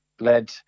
led